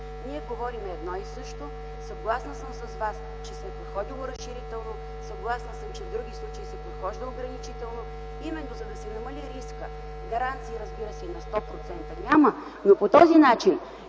Ние говорим едно и също. Съгласна съм с Вас, че се е подходило разширително, съгласна съм, че в други случаи се подхожда ограничително именно, за да се намали рискът. Гаранции, разбира се, на 100% няма, но по този начин